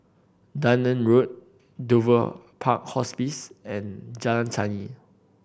Dunearn Road Dover Park Hospice and Jalan Tani